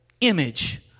image